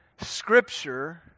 Scripture